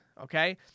Okay